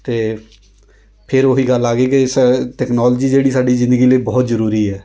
ਅਤੇ ਫਿਰ ਉਹ ਹੀ ਗੱਲ ਆ ਗਈ ਕਿ ਇਸ ਤਕਨੋਲਜੀ ਜਿਹੜੀ ਸਾਡੀ ਜ਼ਿੰਦਗੀ ਲਈ ਬਹੁਤ ਜ਼ਰੂਰੀ ਹੈ